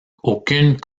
aucune